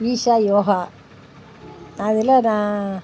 ஈசா yoga அதில் நான்